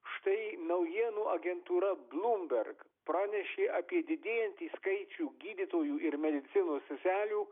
štai naujienų agentūra bloomberg pranešė apie didėjantį skaičių gydytojų ir medicinos seselių